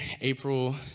April